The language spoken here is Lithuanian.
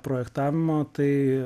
projektavimą tai